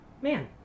Man